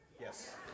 Yes